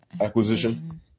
acquisition